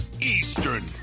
Eastern